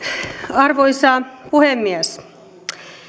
arvoisa puhemies